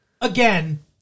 again